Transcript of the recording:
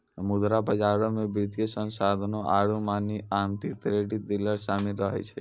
मुद्रा बजारो मे वित्तीय संस्थानो आरु मनी आकि क्रेडिट डीलर शामिल रहै छै